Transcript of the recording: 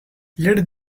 let